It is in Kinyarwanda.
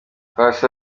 paccy